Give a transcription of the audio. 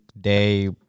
day